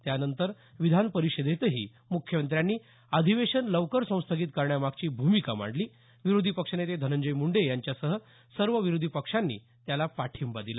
त्यानंतर विधान परिषदेतही मुख्यमंत्र्यांनी अधिवेशन लवकर संस्थगित करण्यामागची भूमिका मांडली विरोधी पक्षनेते धनंजय मुंडे यांच्यासह सर्व विरोधी पक्षांनी त्याला पाठिंबा दिला